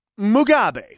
Mugabe